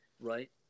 Right